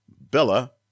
Bella